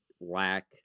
lack